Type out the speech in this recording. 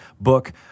book